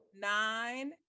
Nine